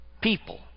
People